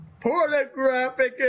pornographic